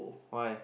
what